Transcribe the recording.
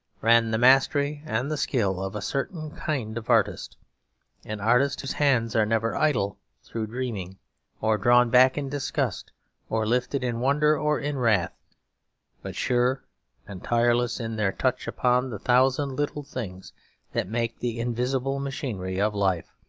ran the mastery and the skill of a certain kind of artist an artist whose hands are never idle through dreaming or drawn back in disgust or lifted in wonder or in wrath but sure and tireless in their touch upon the thousand little things that make the invisible machinery of life.